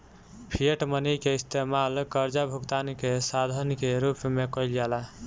fiat money के इस्तमाल कर्जा भुगतान के साधन के रूप में कईल जाला